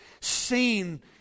seen